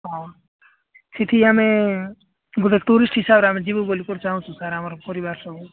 ହଁ ସେଠି ଆମେ ଗୋଟେ ଟୁରିଷ୍ଟ୍ ହିସାବରେ ଆମେ ଯିବୁ ବୋଲି କରି ଚାହୁଁଛୁ ଆମର ପରିବାର ସବୁ